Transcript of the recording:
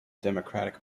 democratic